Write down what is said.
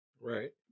Right